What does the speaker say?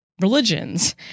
religions